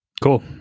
Cool